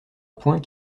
point